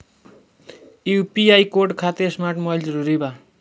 UPI code खातिर smart mobile जरूरी बा?